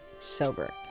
sober